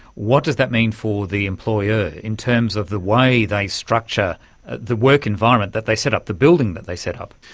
what does that mean for the employer in terms of the way they structure the work environment that they set up, the building that they set up?